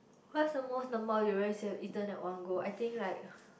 what's the most number of durians you have eaten at one go I think like